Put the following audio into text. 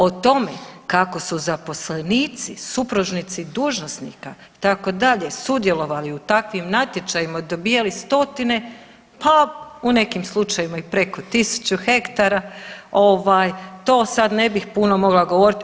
O tome kako su zaposlenici, supružnici dužnosnika itd. sudjelovali u takvim natječajima, dobijali stotine, pa u nekim slučajevima i preko 1000 ha to sad ne bih puno mogla govoriti.